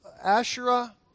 Asherah